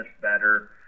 better